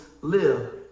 live